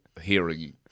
hearing